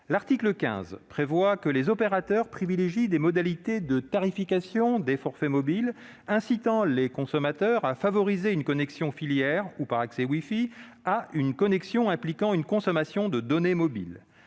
L'article 15 prévoit que les opérateurs privilégient des modalités de tarification des forfaits mobiles incitant les consommateurs à favoriser une connexion filaire ou par accès wifi à une connexion impliquant une consommation de données mobiles.